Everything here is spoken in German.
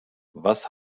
was